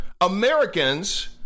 Americans